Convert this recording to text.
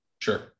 Sure